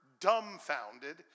dumbfounded